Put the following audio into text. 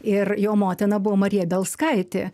ir jo motina buvo marija belskaitė